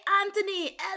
Anthony